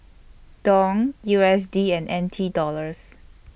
Dong U S D and N T Dollars